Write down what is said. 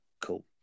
Cool